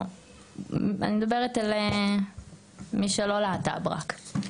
אני מדברת על מי שלא להט"ב רק.